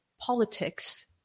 politics